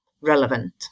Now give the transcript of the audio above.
relevant